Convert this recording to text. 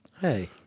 Hey